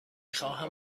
خواهم